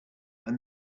and